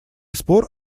спор